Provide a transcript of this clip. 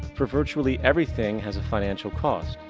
for virtually everything has a financial cause.